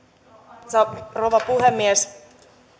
arvoisa rouva puhemies